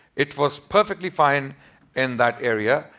it was perfectly fine in that area.